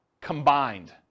combined